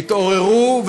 תתעוררו,